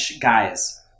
guys